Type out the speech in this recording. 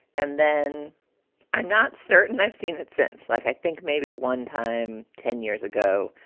and then i'm not certain i've seen it since. like, i think maybe one time ten years ago,